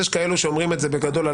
אז יש כאלו שאומרים את זה בגדול על